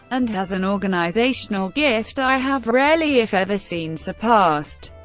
and has an organizational gift i have rarely if ever seen surpassed.